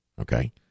Okay